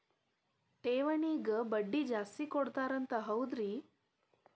ಠೇವಣಿಗ ಬಡ್ಡಿ ಜಾಸ್ತಿ ಕೊಡ್ತಾರಂತ ಹೌದ್ರಿ?